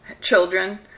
children